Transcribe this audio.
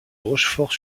rochefort